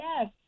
yes